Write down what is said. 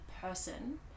person